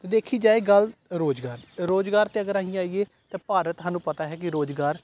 ਦੇਖੀ ਜਾਵੇ ਗੱਲ ਰੁਜ਼ਗਾਰ ਰੁਜ਼ਗਾਰ 'ਤੇ ਅਗਰ ਅਸੀਂ ਆਈਏ ਤਾਂ ਭਾਰਤ ਸਾਨੂੰ ਪਤਾ ਹੈ ਕਿ ਰੁਜ਼ਗਾਰ